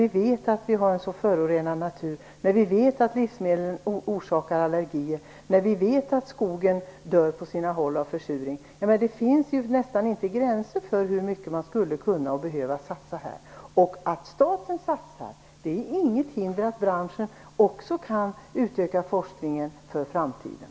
Vi vet ju att naturen är mycket förorenad, att livsmedel orsakar allergier och att skogen på sina håll dör till följd av försuring. Det finns ju nästan inga gränser för hur mycket man skulle kunna, och även behöva, satsa här. Att staten satsar utgör inget hinder för branschen när det gäller att för framtiden utöka forskningen.